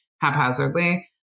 haphazardly